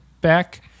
back